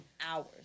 hours